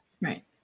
Right